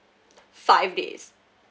five days